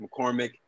McCormick